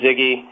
Ziggy